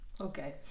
Okay